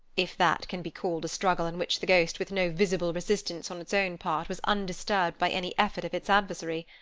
if that can be called a struggle in which the ghost with no visible resistance on its own part was undisturbed by any effort of its adversary,